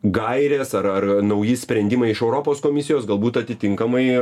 gairės ar ar nauji sprendimai iš europos komisijos galbūt atitinkamai